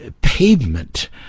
pavement